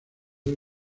del